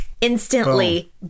instantly